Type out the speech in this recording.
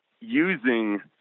using